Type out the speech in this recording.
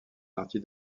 partie